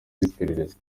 z’iperereza